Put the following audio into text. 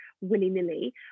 willy-nilly